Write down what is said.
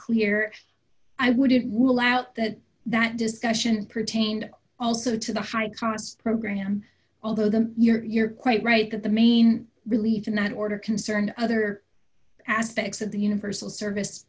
clear i wouldn't rule out that that discussion pertained also to the high cost programme although the you're quite right that the main relief in that order concerned other aspects of the universal service